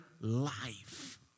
life